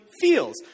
feels